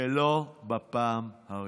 ולא בפעם הראשונה.